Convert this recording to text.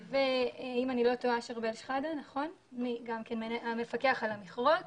ואם אני לא טועה שארבל שחאדה, המפקח על המכרות.